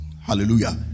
Hallelujah